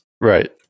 Right